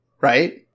right